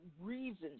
reasons